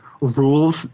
rules